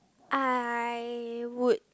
I would